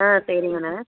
ஆ சரிங்கண்ண